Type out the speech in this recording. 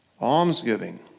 Almsgiving